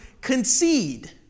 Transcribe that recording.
concede